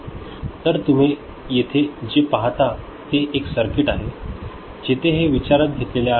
तर तुम्ही येथे जे पाहता ते एक सर्किट आहे जेथे हे विचारात घेतलेले आहे